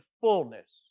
fullness